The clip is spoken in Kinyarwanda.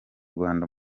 rwanda